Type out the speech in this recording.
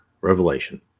revelation